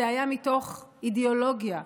זה היה מתוך אידיאולוגיה,